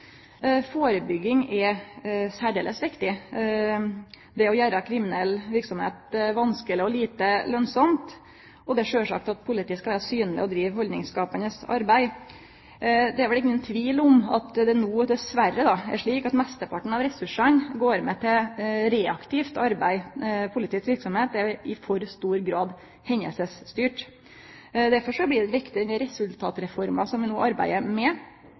Førebygging er særdeles viktig, og det er viktig å gjere kriminell verksemd vanskeleg og lite lønnsam. Det er sjølvsagt at politiet skal vere synleg og drive haldningsskapande arbeid. Det er vel ingen tvil om at det no dessverre er slik at mesteparten av ressursane går med til reaktivt arbeid. Politiets verksemd er i for stor grad hendingsstyrt, og derfor blir denne resultatreforma som ein no arbeider med,